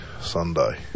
Sunday